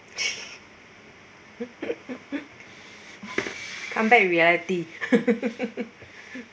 come back reality